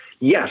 yes